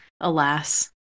alas